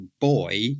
boy